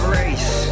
race